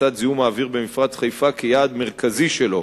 הפחתת זיהום האוויר במפרץ חיפה כיעד מרכזי שלו.